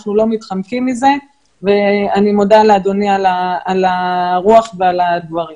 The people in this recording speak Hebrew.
אנחנו לא מתחמקים מזה ואני מודה לאדוני על הרוח ועל הדברים.